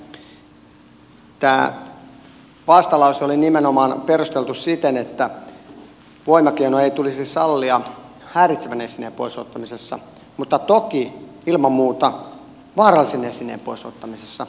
tämä vastalause oli nimenomaan perusteltu siten että voimakeinoja ei tulisi sallia häiritsevän esineen pois ottamisessa mutta toki ilman muuta vaarallisen esineen pois ottamisessa